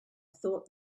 thought